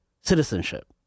citizenship